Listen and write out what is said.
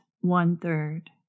one-third